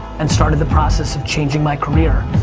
and started the process of changing my career.